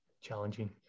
challenging